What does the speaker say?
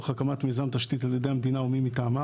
הקמת מיזם תשתית על ידי המדינה או מי מטעמה,